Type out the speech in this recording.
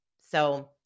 So-